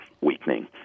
weakening